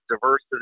diversity